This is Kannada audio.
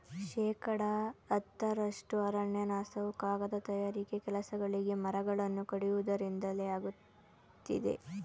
ಶೇಕಡ ಹತ್ತರಷ್ಟು ಅರಣ್ಯನಾಶವು ಕಾಗದ ತಯಾರಿಕೆ ಕೆಲಸಗಳಿಗೆ ಮರಗಳನ್ನು ಕಡಿಯುವುದರಿಂದಲೇ ಆಗುತ್ತಿದೆ